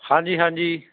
ਹਾਂਜੀ ਹਾਂਜੀ